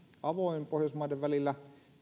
avoin pohjoismaiden välillä